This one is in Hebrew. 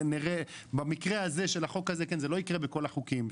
זה לא יקרה בכל החוקים,